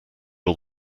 all